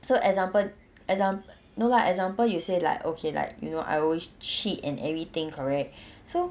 so example example no lah example you say like okay like you know I always cheat and everything correct so